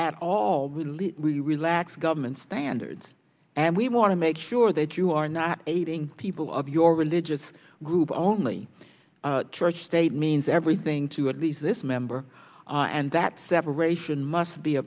believe we relax government standards and we want to make sure that you aren't aiding people of your religious group only church state means everything to at least this member and that separation must be